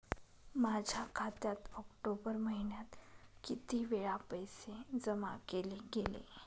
माझ्या खात्यात ऑक्टोबर महिन्यात किती वेळा पैसे जमा केले गेले?